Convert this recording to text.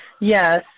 Yes